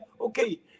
Okay